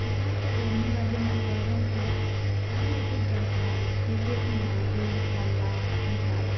यहाँ पर रहने वाले मछुआरों की निम्नलिखित जातियाँ हैं जैसे कि माझी मल्ला निषाद